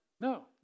No